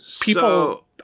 people